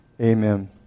Amen